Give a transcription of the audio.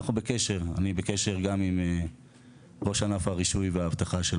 אני בקשר גם עם ראש ענף הרישוי והאבטחה של המקום.